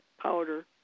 powder